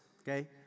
okay